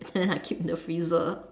then I keep in the freezer